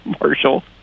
Marshall